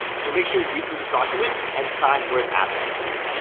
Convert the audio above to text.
so make sure you read through this document and sign where it asks you to